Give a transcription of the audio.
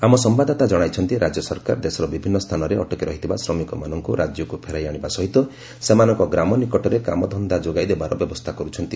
ଆମ ସମ୍ଭାଦଦାତା ଜଣାଇଛନ୍ତି ରାଜ୍ୟ ସରକାର ଦେଶର ବିଭିନ୍ନ ସ୍ଥାନରେ ଅଟକି ରହିଥିବା ଶ୍ରମିକମାନଙ୍କୁ ରାଜ୍ୟକୁ ଫେରାଇ ଆଣିବା ସହିତ ସେମାନଙ୍କ ଗ୍ରାମ ନିକଟରେ କାମଧନ୍ଦା ଯୋଗାଇ ଦେବାର ବ୍ୟବସ୍ଥା କର୍ଛନ୍ତି